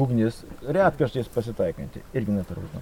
ugnis retkarčiais pasitaikanti irgi netrukdo